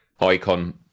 icon